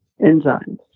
enzymes